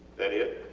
that it?